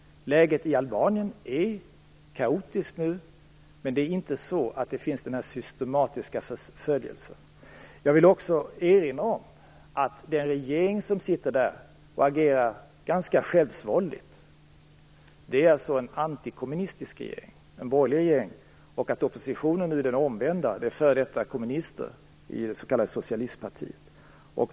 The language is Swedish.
Läget i Albanien är kaotiskt nu, men det är inte så att det finns någon systematisk förföljelse. Jag vill också erinra om att den regering som sitter där, och som agerar ganska självsvåldigt, är en antikommunistisk regering, en borgerlig regering. Oppositionen är nu den omvända. Den består av f.d. kommunister i det s.k. socialistpartiet.